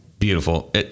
beautiful